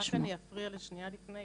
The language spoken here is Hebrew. אני רק אפריע לשנייה לפני,